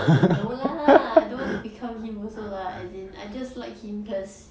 no lah I don't want to become him also lah as in I just like him cause